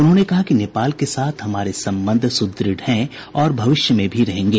उन्होंने कहा कि नेपाल के साथ हमारे संबंध सुदृढ़ हैं और भविष्य में भी रहेंगे